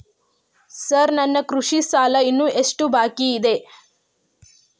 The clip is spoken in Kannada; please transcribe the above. ಸಾರ್ ನನ್ನ ಕೃಷಿ ಸಾಲ ಇನ್ನು ಎಷ್ಟು ಬಾಕಿಯಿದೆ?